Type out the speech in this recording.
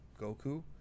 Goku